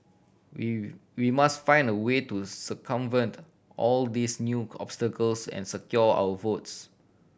we we must find a way to circumvent all these new obstacles and secure our votes